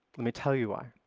let me tell you why.